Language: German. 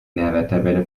nährwerttabelle